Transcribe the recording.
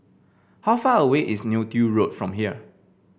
how far away is Neo Tiew Road from here